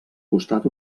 costat